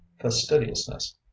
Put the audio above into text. fastidiousness